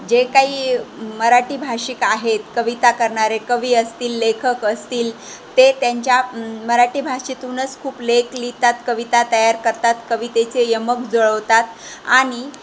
जे काही मराठी भाषिक आहेत कविता करणारे कवी असतील लेखक असतील ते त्यांच्या मराठी भाषेतूनच खूप लेख लिहितात कविता तयार करतात कवितेचे यमक जुळवतात आणि